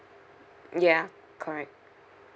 ya correct